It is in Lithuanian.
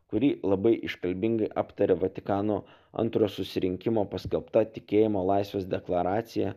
kurį labai iškalbingai aptarė vatikano antro susirinkimo paskelbta tikėjimo laisvės deklaracija